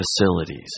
facilities